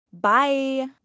Bye